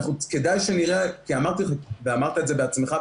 כדאי שנראה ואמרת את זה בעצמך,